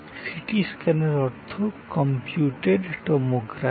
city স্ক্যানের অর্থ computed tomography